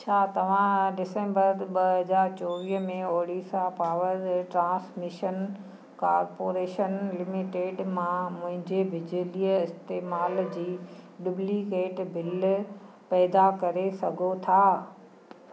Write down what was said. छा तव्हां डिसंबर ॿ हज़ार चोवीह में Odisha power transmission corporation limited मां मुंहिंजे बिजलीअ इस्तेमाल जी डुप्लीकेट बिल पैदा करे सघो था